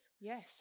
Yes